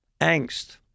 angst